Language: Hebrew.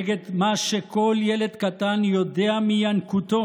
נגד מה שכל ילד קטן יודע מינקותו.